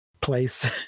place